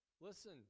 Listen